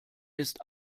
ist